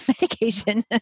medication